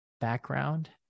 background